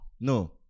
No